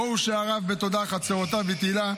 בואו שעריו בתודה חצרותיו בתהילה.